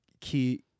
key